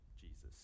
Jesus